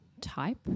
type